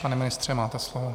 Pane ministře, máte slovo.